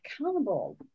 accountable